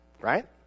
Right